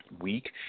week